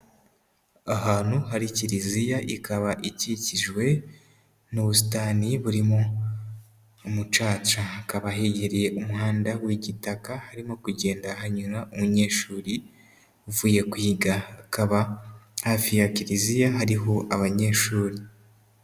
Ahantu hari kiliziya ikaba ikikijwe n'ubusitani burimo umucaca. Hakaba hegereye umuhanda w'igitaka, harimo kugenda hanyura umunyeshuri uvuye kwiga, hakaba hafi ya kiliziya hariho abanyeshuri.